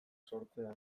sortzea